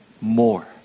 more